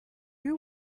you